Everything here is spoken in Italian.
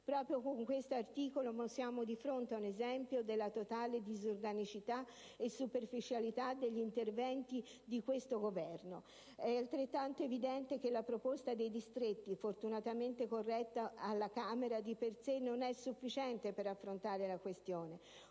Proprio con questo articolo siamo di fronte ad un esempio della totale disorganicità e superficialità degli interventi dell'attuale Governo. È altrettanto evidente che la proposta dei distretti, fortunatamente corretta alla Camera, di per sé non è sufficiente per affrontare la questione: